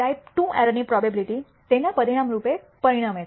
type II error ની probability તેના પરિણામ રૂપે પરિણમે છે